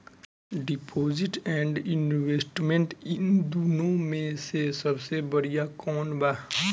Deposit and investment इन दुनो मे से सबसे बड़िया कौन बा?